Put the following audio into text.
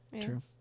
True